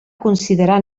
considerar